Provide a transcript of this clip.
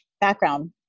background